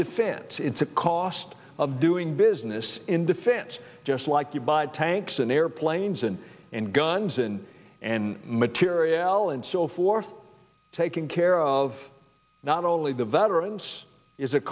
defense it's a cost of doing business in defense just like you buy tanks and airplanes and and guns and and materiel and so forth taking care of not only the veterans is